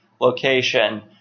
location